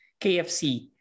KFC